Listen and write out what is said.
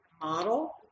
model